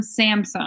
Samsung